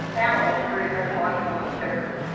animals create ecological integrity.